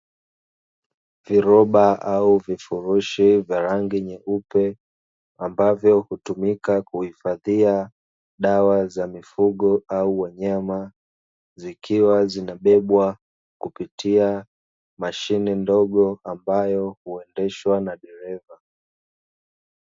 Viroba au vifurushi vya rangi nyeupe, ambavyo hutumika kuhifadhia dawa za mifugo au wanyama zikiwa zinabebwaa kupitia mashine ndogo ambayo huendeshwa na dereva.